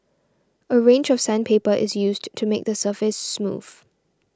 a range of sandpaper is used to make the surface smooth